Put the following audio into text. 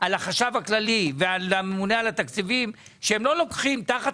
על החשב הכללי ועל הממונה על התקציבים שלא ייקחו תחת